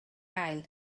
gael